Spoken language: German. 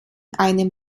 einem